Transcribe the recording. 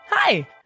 Hi